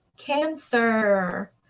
Cancer